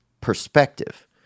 perspective